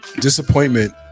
disappointment